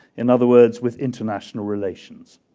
in other words, with international relations.